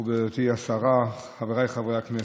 מכובדתי השרה, חבריי חברי הכנסת,